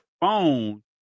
phone